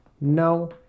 No